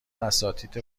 اساتید